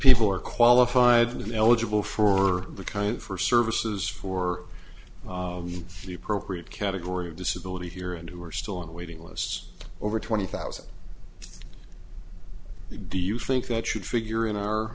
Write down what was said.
people are qualified to be eligible for the kind for services for the appropriate category of disability here and who are still on waiting lists over twenty thousand do you think that should figure in our